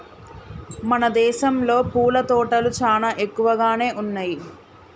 మన దేసంలో పూల తోటలు చానా ఎక్కువగానే ఉన్నయ్యి